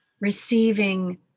receiving